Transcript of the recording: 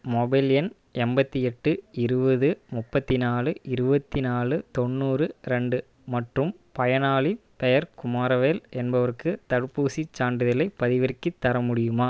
mobile எண் எண்பத்தி எட்டு இருபது முப்பத்தினாலு இருபத்தினாலு தொண்ணூறு ரெண்டு மற்றும் பயனாளிப் பெயர் குமாரவேல் என்பவருக்கு தடுப்பூசிச் சான்றிதழைப் பதிவிறக்கித் தர முடியுமா